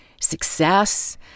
success